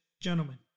Gentlemen